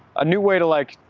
ah new way to, like,